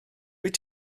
wyt